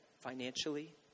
financially